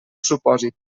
supòsit